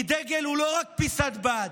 כי דגל הוא לא רק פיסת בד,